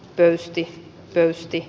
pöysti pöysti